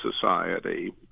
society